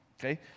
okay